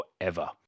forever